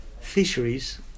fisheries